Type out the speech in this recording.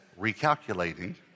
recalculating